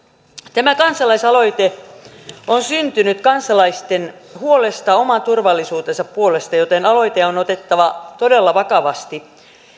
tämä kansalaisaloite on syntynyt kansalaisten huolesta oman turvallisuutensa puolesta joten aloite on otettava todella vakavasti